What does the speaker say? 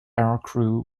aircrew